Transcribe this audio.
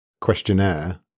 questionnaire